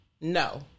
No